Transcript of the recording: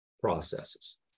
processes